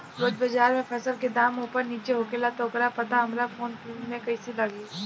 रोज़ बाज़ार मे फसल के दाम ऊपर नीचे होखेला त ओकर पता हमरा फोन मे कैसे लागी?